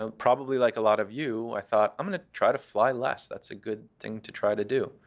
ah probably like a lot of you, i thought, i'm going to try to fly less. that's a good thing to try to do.